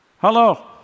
Hello